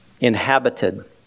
inhabited